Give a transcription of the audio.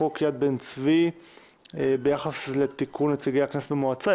לחוק יד בן-צבי ביחס לתיקון נציגי הכנסת במועצה?